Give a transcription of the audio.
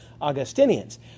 Augustinians